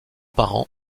parents